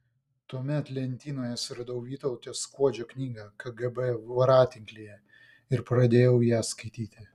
tuomet lentynoje suradau vytauto skuodžio knygą kgb voratinklyje ir pradėjau ją skaityti